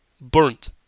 Burnt